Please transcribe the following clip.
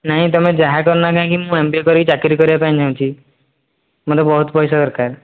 ନାହିଁ ତୁମେ ଯାହା କରନା କାହିଁକି ମୁଁ ଏମ୍ ବି ଏ କରିକି ଚାକିରି କରିବା ପାଇଁ ଚାହୁଁଛି ମୋତେ ବହୁତ ପଇସା ଦରକାର